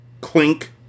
Clink